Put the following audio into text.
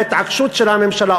ההתעקשות של הממשלה,